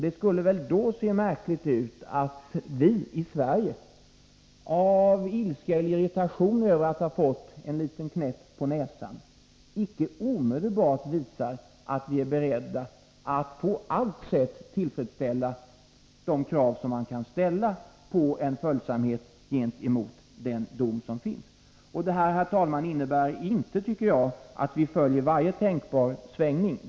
Det skulle väl då se märkligt ut att vi i Sverige av ilska eller irritation över att ha fått en liten knäpp på näsan icke omedelbart visar att vi är beredda att på allt sätt tillfredsställa de krav man kan ställa på följsamhet gentemot den dom som finns. Det innebär, herr talman, inte att vi följer varje tänkbar svängning.